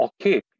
okay